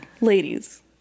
Ladies